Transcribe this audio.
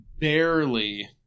barely